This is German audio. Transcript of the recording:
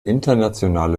internationale